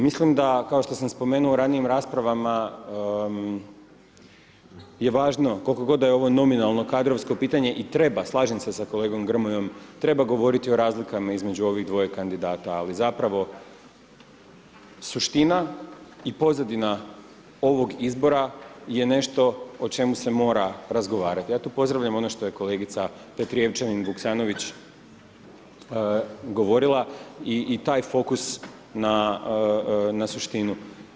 Mislim da kao što sam spomenuo u ranijim raspravama je važno koliko god da je ovo nominalno kadrovsko pitanje i treba, slažem se sa kolegom Grmojom, treba govoriti o razlikama između ovih dvoje kandidata ali zapravo suština i pozadina ovog izbora je nešto o čem se mora razgovarati, zato pozdravljam ono što je kolegica Petrijevčanin Vuksanović govorila i taj fokus na suštinu.